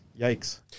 Yikes